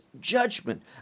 judgment